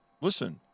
listen